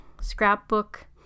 scrapbook